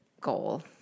goal